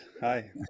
hi